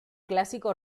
clásico